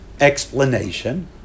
explanation